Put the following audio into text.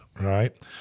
right